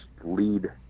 lead